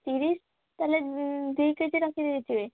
ତିରିଶ ତାହେଲେ ଦୁଇ କେଜି ରଖିଦେଇଥିବେ